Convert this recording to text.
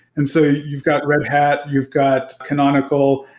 and so you've got red hat. you've got canonical.